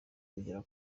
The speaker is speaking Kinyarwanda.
kugera